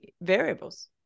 variables